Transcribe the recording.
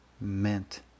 meant